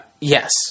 Yes